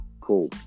cool